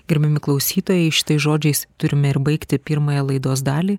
gerbiami klausytojai šitais žodžiais turime ir baigti pirmąją laidos dalį